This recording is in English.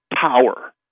power